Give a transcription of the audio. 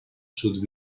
should